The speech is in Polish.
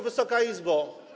Wysoka Izbo!